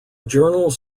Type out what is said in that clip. journals